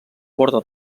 porta